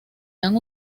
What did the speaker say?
han